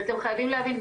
אתם חייבים להבין,